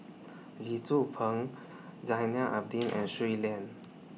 Lee Tzu Pheng Zainal Abidin and Shui Lan